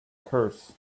curse